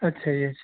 ਅੱਛਾ ਜੀ